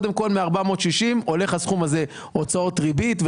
מ-460 הולך סכום להוצאות ריבית,